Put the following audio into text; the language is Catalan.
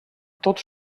tot